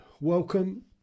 Welcome